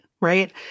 right